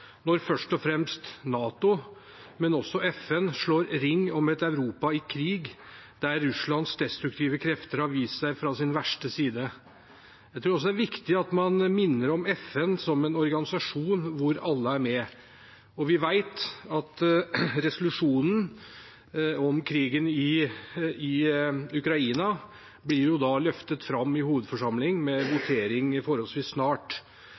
når først og fremst NATO, men også FN slår ring om et Europa i krig, der Russlands destruktive krefter har vist seg fra sin verste side. Jeg tror også det er viktig at man minner om FN som en organisasjon hvor alle er med. Og vi vet at resolusjonen om krigen i Ukraina blir løftet fram i hovedforsamlingen med votering forholdsvis snart.